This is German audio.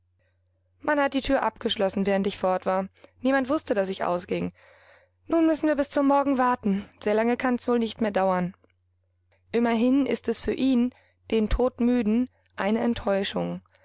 man hat die tür abgeschlossen während ich fort war niemand wußte daß ich ausging nun müssen wir bis zum morgen warten sehr lange kann's wohl nicht mehr dauern immerhin ist es für ihn den todmüden eine enttäuschung